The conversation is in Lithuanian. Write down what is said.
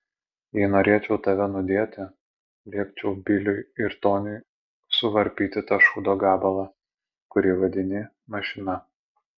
jei norėčiau tave nudėti liepčiau biliui ir toniui suvarpyti tą šūdo gabalą kurį vadini mašina